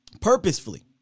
purposefully